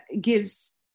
gives